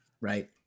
right